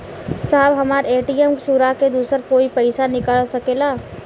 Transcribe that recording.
साहब हमार ए.टी.एम चूरा के दूसर कोई पैसा निकाल सकेला?